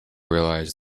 realise